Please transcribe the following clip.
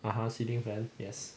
(uh huh) ceiling fan yes